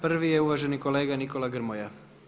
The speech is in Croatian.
Prvi je uvaženi kolega Nikola Grmoja.